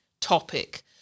topic